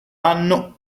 anno